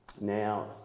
now